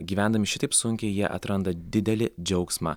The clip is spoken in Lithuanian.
gyvendami šitaip sunkiai jie atranda didelį džiaugsmą